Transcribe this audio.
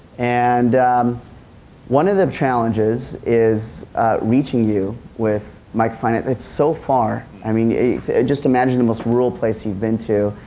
and one of the challenges is reaching you with microfinance. itis so far, i mean, if, just imagine the most rural place youive been to.